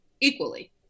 equally